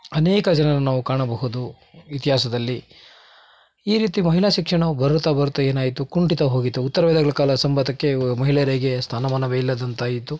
ಅನೇಕ ಜನರನ್ನ ನಾವು ಕಾಣಬಹುದು ಇತಿಅಸದಲ್ಲಿ ಈ ರೀತಿ ಮಹಿಳಾ ಶಿಕ್ಷಣವು ಬರುತ್ತಾ ಬರುತ್ತಾ ಏನಾಯಿತು ಕುಂಠಿತಾ ಹೋಗಿತು ಉತ್ತರ ವೇದಗಳ ಕಾಲ ಸಂಬತಕ್ಕೆ ಮಹಿಳೆಯರಿಗೆ ಸ್ಥಾನಮಾನವೇ ಇಲ್ಲದಂತಾಯಿತು